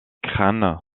crânes